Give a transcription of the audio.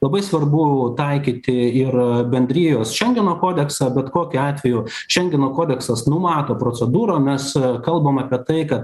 labai svarbu taikyti ir bendrijos šengeno kodeksą bet kokiu atveju šengeno kodeksas numato procedūrą mes kalbam apie tai kad